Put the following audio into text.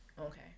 Okay